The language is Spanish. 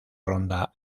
ronda